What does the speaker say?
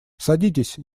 садитесь